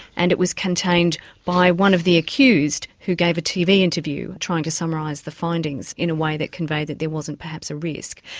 and it was contained by one of the accused who gave a tv interview trying to summarise the findings in a way that conveyed that there wasn't perhaps a risk.